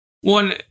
one